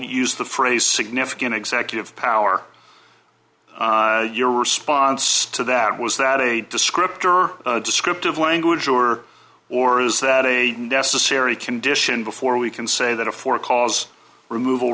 use the phrase significant executive power your response to that was that a descriptor or a descriptive language or or is that a necessary condition before we can say that a for cause removal